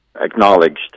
acknowledged